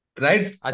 Right